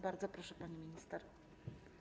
Bardzo proszę, pani minister.